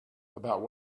about